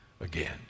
again